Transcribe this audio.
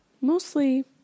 mostly